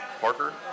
Parker